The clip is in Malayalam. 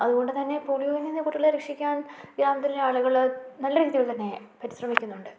അതുകൊണ്ട് തന്നെ പോളിയോയിൽനിന്ന് കുട്ടികളെ രക്ഷിക്കാൻ ഗ്രാമത്തിലെ ആളുകൾ നല്ല രീതികളിൽ തന്നെ പരിശ്രമിക്കുന്നുണ്ട്